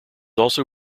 also